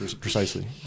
Precisely